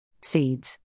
Seeds